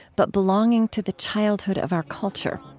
but belonging to the childhood of our culture.